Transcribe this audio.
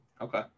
Okay